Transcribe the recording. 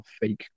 fake